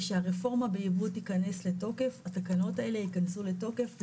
וכשהרפורמה בייבוא תיכנס לתוקף התקנות האלה ייכנסו לתוקף.